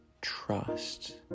trust